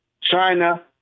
China